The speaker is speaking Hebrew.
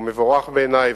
הם מבורכים בעיני.